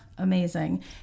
Amazing